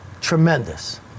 tremendous